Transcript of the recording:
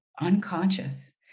unconscious